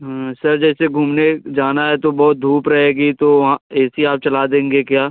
sir जैसे घूमने जाना है तो बहुत धूप रहेगी तो वहाँ ए सी आप चला देंगे क्या